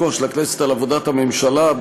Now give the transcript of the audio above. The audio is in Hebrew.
לפיקוח של הכנסת על עבודת הממשלה.